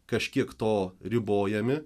kažkiek to ribojami